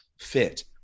fit